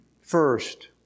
first